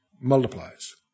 multiplies